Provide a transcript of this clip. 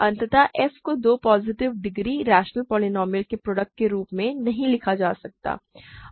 अतः f को दो पॉजिटिव डिग्री रैशनल पोलीनोमिअल के प्रोडक्ट के रूप में नहीं लिखा जा सकता है